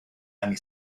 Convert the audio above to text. anni